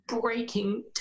breaking